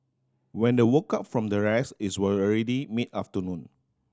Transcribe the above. when the woke up from the rest it's were already mid afternoon